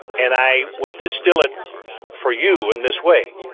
and i would distill it for you in this way.